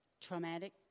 Traumatic